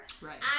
Right